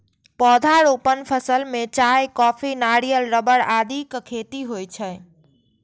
पौधारोपण फसल मे चाय, कॉफी, नारियल, रबड़ आदिक खेती होइ छै